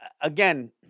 again